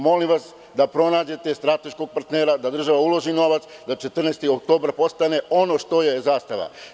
Molim vas da pronađete strateškog partnera, da država uloži novac, da „14. oktobar“ postane ono što je „Zastava“